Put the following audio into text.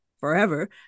forever